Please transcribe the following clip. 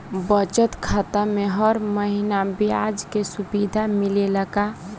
बचत खाता में हर महिना ब्याज के सुविधा मिलेला का?